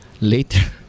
later